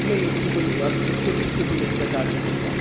नहीं उसके कोई अभी उसके उसके कोई एक्स्ट्रा चार्जेज़ नहीं हैं